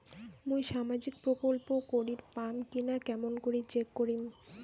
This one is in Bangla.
মুই সামাজিক প্রকল্প করির পাম কিনা কেমন করি চেক করিম?